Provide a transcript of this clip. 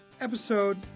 episode